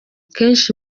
kenshi